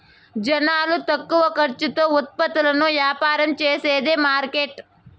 జనాలు తక్కువ ఖర్చుతో ఉత్పత్తులు యాపారం చేసేది మార్కెట్